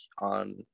on